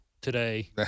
today